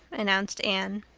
announced anne.